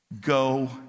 Go